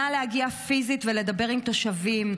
נא להגיע פיזית ולדבר עם תושבים,